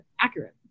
accurate